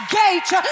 gate